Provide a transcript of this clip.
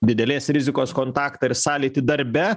didelės rizikos kontaktą ir sąlytį darbe